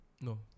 No